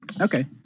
Okay